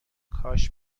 کاش